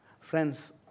Friends